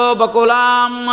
bakulam